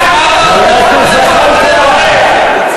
אז מה אתה אומר שתהיה פה אחרינו?